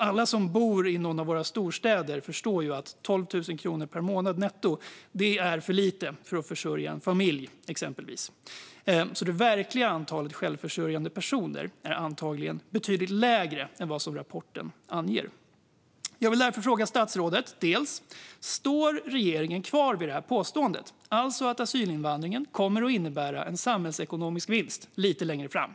Alla som bor i någon av våra storstäder förstår ju att 12 000 kronor per månad netto är för lite för att exempelvis försörja en familj. Det verkliga antalet självförsörjande personer är alltså antagligen betydligt mindre än vad rapporten anger. Jag vill därför fråga statsrådet: Står regeringen kvar vid påståendet att asylinvandringen kommer att innebära en samhällsekonomisk vinst lite längre fram?